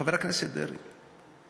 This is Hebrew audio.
חבר הכנסת דרעי,